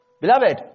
Beloved